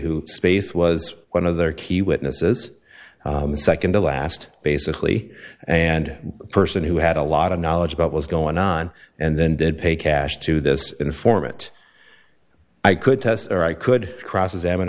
who space was one of their key witnesses the nd to last basically and a person who had a lot of knowledge about what's going on and then did pay cash to this informant i could test or i could cross examine